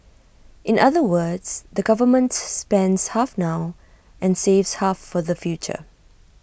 in other words the government spends half now and saves half for the future